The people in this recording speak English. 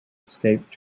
escaped